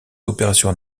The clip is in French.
opérations